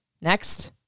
next